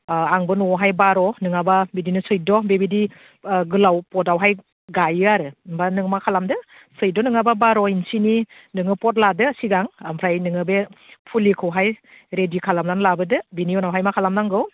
आंबो न'आवहाय बार' नङाबा बिदिनो चैद्य' बेबायदि गोलाव पटआवहाय गायो आरो होनबा नों मा खालामदो चैद्य' नङाबा बार' इन्सिनि नोङो पट लादो सिगां ओमफ्राय नोङो बे फुलिखौहाय रेडि खालामनानै लाबोदो बेनि उनावहाय मा खालामनांगौ